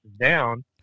down